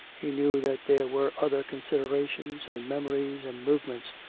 he knew that there were other considerations and memories and move ments,